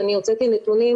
אני הוצאתי נתונים,